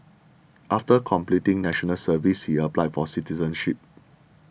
after completing National Service he applied for citizenship